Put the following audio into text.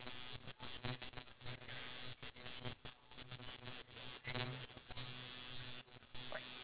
oh if you see an elderly woman then you know you should give your seat up to her because she's much more older than you